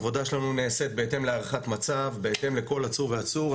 העבודה שלנו נעשית בהתאם להערכת מצב בהתאם לכל עצור ועצור.